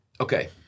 Okay